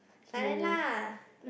Thailand lah